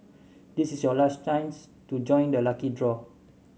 this is your last chance to join the lucky draw